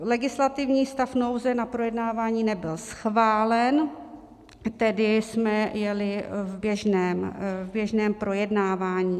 Legislativní stav nouze na projednávání nebyl schválen, tedy jsme jeli v běžném projednávání.